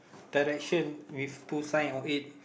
direction with two sign on it